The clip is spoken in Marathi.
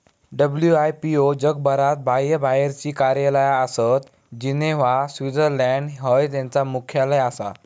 डब्ल्यू.आई.पी.ओ जगभरात बाह्यबाहेरची कार्यालया आसत, जिनेव्हा, स्वित्झर्लंड हय त्यांचा मुख्यालय आसा